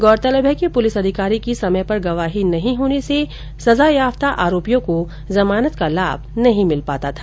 गौरतलब है कि पुलिस अधिकारी की समय पर गवाही नहीं होने से सजायाफ्ता आरोपियों को जमानत का लाम नहीं मिलता था